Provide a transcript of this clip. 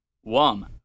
one